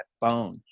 phone